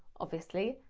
obviously,